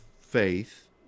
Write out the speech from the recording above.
faith